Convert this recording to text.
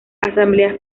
asambleas